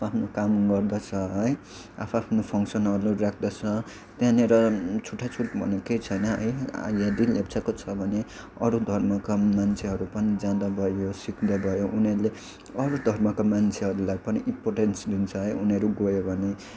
आफ् आफ्नो काम गर्दछ है आफ् आफ्नो फङ्सनहरू राख्दछ त्यहाँनिर छुटाछुट भन्नु केही छैन है यदि लेप्चाको छ भने अरू धर्मको मान्छेहरू पनि जाँदा भयो सिक्दा भयो उनीहरूले अरू धर्मका मान्छेहरूलाई पनि इम्पोर्टेन्स दिन्छ है उनीहरू गयो भने